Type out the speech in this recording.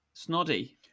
Snoddy